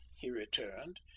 he returned,